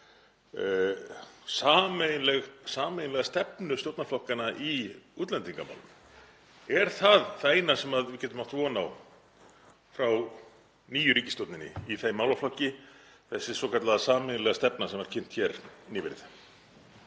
sameiginlega stefnu stjórnarflokkanna í útlendingamálum. Er það það eina sem við getum átt von á frá nýju ríkisstjórninni í þeim málaflokki, þessi svokallaða sameiginlega stefna sem var kynnt hér nýverið?